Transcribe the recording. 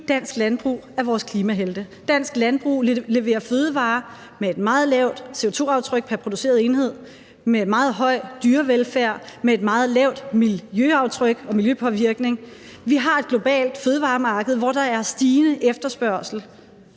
Dansk landbrug leverer fødevarer med et meget lavt CO2-aftryk pr. produceret enhed, med meget høj dyrevelfærd, med et meget lavt miljøaftryk og lav miljøpåvirkning. Vi har et globalt fødevaremarked, hvor der er stigende efterspørgsel.